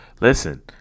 listen